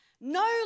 no